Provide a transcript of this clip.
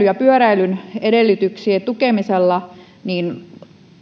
ja pyöräilyn edellytyksien tukemisella